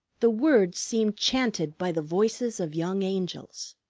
the words seemed chanted by the voices of young angels.